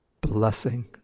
blessing